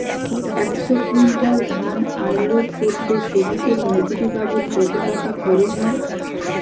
একশো কুইন্টাল ধান আনলোড করতে শ্রমিকের মজুরি বাবদ কত টাকা খরচ হয়?